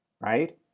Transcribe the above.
right